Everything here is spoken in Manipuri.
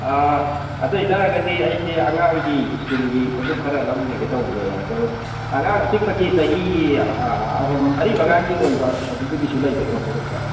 ꯑꯗꯣꯏ ꯇꯥꯔꯒꯗꯤ ꯑꯩꯁꯦ ꯑꯉꯥꯡꯒꯤ ꯁ꯭ꯀꯨꯜꯒꯤ ꯈꯣꯡꯎꯞ ꯈꯔ ꯂꯧꯖꯒꯦ ꯇꯧꯕꯅꯦ ꯑꯗꯣ ꯑꯉꯥꯡ ꯑꯄꯤꯛꯄꯒꯤ ꯆꯍꯤ ꯃꯔꯤ ꯃꯉꯥꯒꯤ ꯑꯣꯏꯕ ꯑꯗꯨꯗꯨꯒꯤꯁꯨ ꯂꯩꯒꯗ꯭ꯔꯥ ꯈꯣꯡꯎꯞꯁꯦ